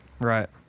Right